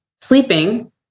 sleeping